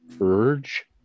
urge